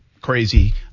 crazy